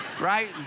Right